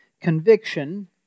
conviction